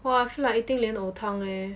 well I feel like eating 莲藕汤 eh